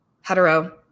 hetero